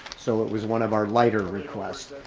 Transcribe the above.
so it was one of our lighter request.